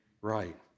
right